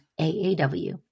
AAW